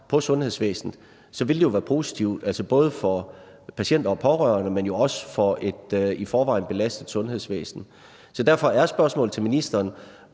på sundhedsvæsenet, ville det være positivt, altså både for patienter og pårørende, men jo også for et i forvejen belastet sundhedsvæsen. Så derfor er spørgsmålet til ministeren: